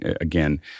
again